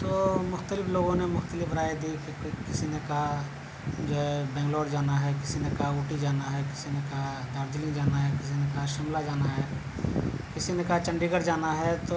تو مختلف لوگوں نے مختلف رائے دی کہ کسی نے کہا جو ہے بنگلور جانا ہے کسی نے کہا اوٹی جانا ہے کسی نے کہا دارجلنگ جانا ہے کسی نے کہا شملہ جانا ہے کسی نے کہا چنڈی گڑھ جانا ہے تو